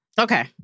Okay